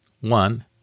One